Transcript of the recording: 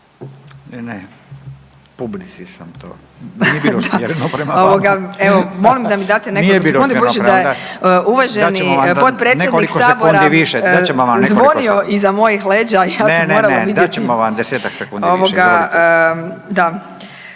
Ne, ne publici sam to nije bilo usmjereno s vama./… ovoga, molim da mi date nekoliko sekundi budući da je uvaženi potpredsjednik sabora zvonio iza mojih leđa …/Upadica: Dat ćemo vam nekoliko sekundi više,